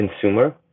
consumer